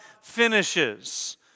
finishes